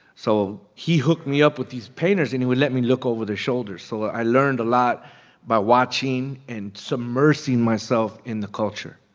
so he hooked me up with these painters, and he would let me look over their shoulders. so i learned a lot by watching and submersing myself in the culture,